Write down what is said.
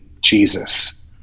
Jesus